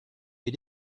you